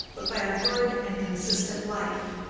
but by a good and consistent life.